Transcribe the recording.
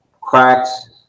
cracks